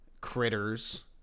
critters